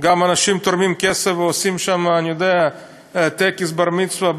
אנשים תורמים כסף ועושים טקס בר-מצווה,